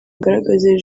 agaragaze